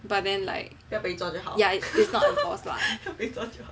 but then like it is not enforced lah